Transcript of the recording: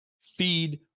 Feed